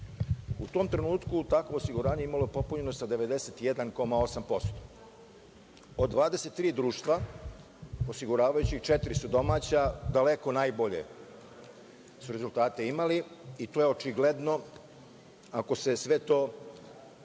U tom trenutku „Takovo osiguranje“ imalo je popunjenost od 91,8%. Od 23 društva osiguravajućih, četiri su domaća, daleko najbolje su rezultate imali i to je očigledno, ako se sve to